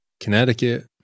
connecticut